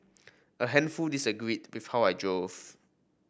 a handful disagreed with how I drove